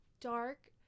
dark